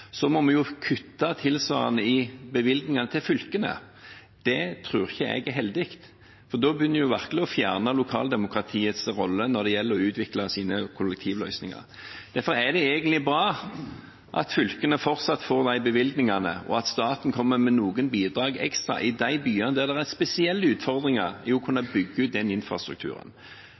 må vi jo kutte tilsvarende i bevilgningene til fylkene. Det tror ikke jeg er heldig. Da begynner en virkelig å fjerne lokaldemokratiets rolle når det gjelder å utvikle kollektivløsninger. Derfor er det egentlig bra at fylkene fortsatt får disse bevilgningene, og at staten kommer med noen bidrag ekstra i de byene der det er spesielle utfordringer med å kunne bygge ut infrastrukturen.